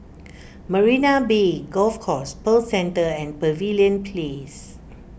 Marina Bay Golf Course Pearl Centre and Pavilion Place